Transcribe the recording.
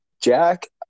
Jack